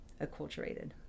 acculturated